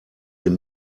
dem